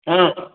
ହଁ